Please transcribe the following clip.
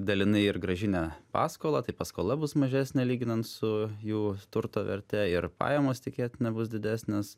dalinai ir grąžinę paskolą tai paskola bus mažesnė lyginant su jų turto verte ir pajamos tikėtina bus didesnės